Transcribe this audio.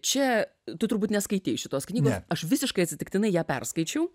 čia tu turbūt neskaitei šitos knygos aš visiškai atsitiktinai ją perskaičiau